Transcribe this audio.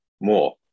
more